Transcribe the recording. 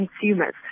consumers